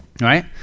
right